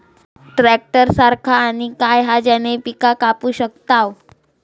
Tractor सारखा आणि काय हा ज्याने पीका कापू शकताव?